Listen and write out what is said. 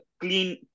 clean